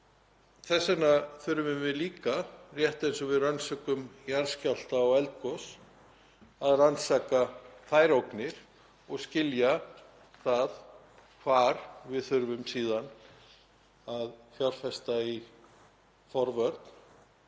Þess vegna þurfum við líka, rétt eins og við rannsökum jarðskjálfta og eldgos, að rannsaka þær ógnir og skilja hvar við þurfum síðan að fjárfesta í